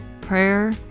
prayer